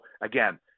again